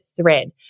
thread